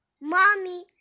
mommy